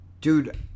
dude